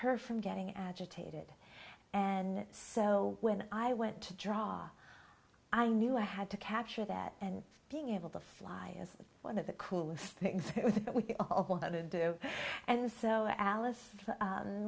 her from getting agitated and so when i went to draw i knew i had to capture that and being able to fly is one of the coolest things that we all do and so alice